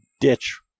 ditch